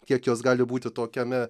kiek jos gali būti tokiame